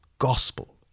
Gospel